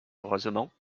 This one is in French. heureusement